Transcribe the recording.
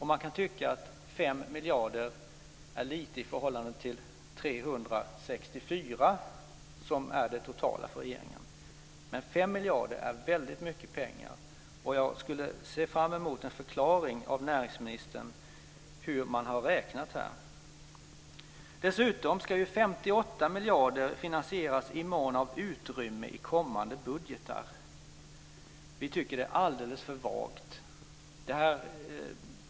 Man kan tycka att 5 miljarder är lite i förhållande till regeringens totala förslag om 364 miljarder, men 5 miljarder är väldigt mycket pengar, och jag ser fram emot en förklaring från näringsministern av hur man här har räknat. Dessutom ska 58 miljarder finansieras i mån av utrymme i kommande budgetar. Vi tycker att detta är alldeles för vagt.